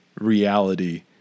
reality